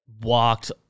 walked